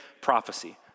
prophecy